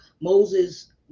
Moses